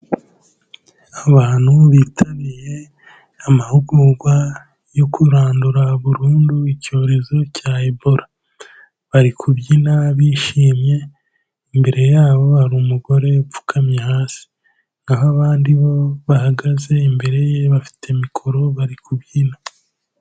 Abantu bitabiriye amahugurwa yo kurandura burundu icyorezo cya Ebola, bari kubyina bishimye, imbere yabo hari umugore upfukamye hasi, naho abandi bo bahagaze imbere ye, bafite mikoro, bari kubyina.